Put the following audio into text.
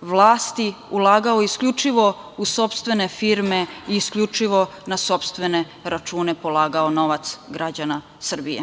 vlasti, ulagao isključivo u sopstvene firme i isključivo na sopstvene račune polagao novac građana Srbije.